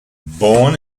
born